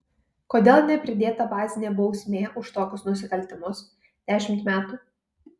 kodėl nepridėta bazinė bausmė už tokius nusikaltimus dešimt metų